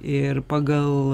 ir pagal